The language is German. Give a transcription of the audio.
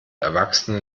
erwachsene